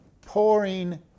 pouring